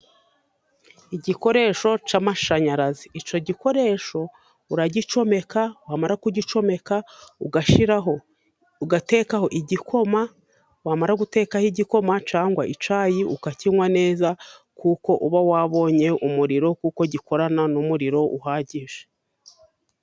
Igikoresho cy'amashanyarazi icyo gikoresho uragicomeka, wamara kugicomeka ugashyiraho, ugatekaho igikoma, wamara gutekaho igikoma cyangwa icyayi ukakinywa neza, kuko uba wabonye umuriro kuko gikorana n'umuriro uhagije.